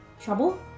trouble